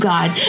God